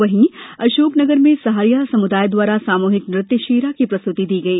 वहीं अशोकनगर सहरिया समुदाय द्वारा सामुहिक नृत्य शेरा प्रस्तुति दी गई